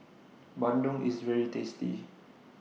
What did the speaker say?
Bandung IS very tasty